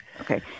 Okay